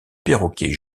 perroquet